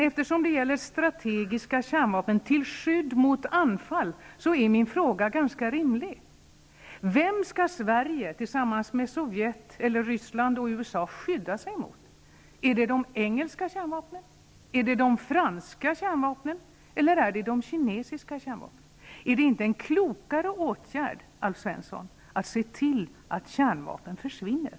Eftersom det gäller strategiska kärnvapen till skydd mot anfall är min fråga ganska rimlig: Vem skall Sverige tillsammans med Ryssland och USA skydda sig mot? Är det de engelska kärnvapnen, är det de franska kärnvapnen, eller är det de kinesiska kärnvapnen? Är det inte en klokare åtgärd, Alf Svensson, att se till att kärnvapnen försvinner?